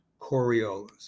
Coriolis